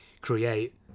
create